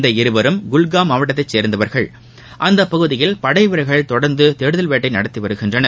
இந்த இருவரும் குல்காம் மாவட்டத்தை சேர்ந்தவர்கள் அந்த பகுதியில் படைவீரர்கள் தொடர்ந்து தேடுதல் வேட்டை நடத்தி வருகின்றனர்